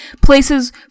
places